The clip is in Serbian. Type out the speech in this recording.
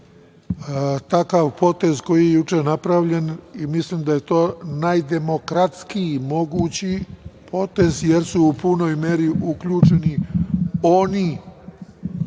takav potez, koji je juče napravljen, i mislim da je to najdemokratskiji mogući potez, jer su u prvoj meri uključeni oni